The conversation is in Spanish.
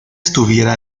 estuviera